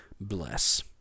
bless